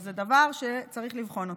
זה דבר שצריך לבחון אותו.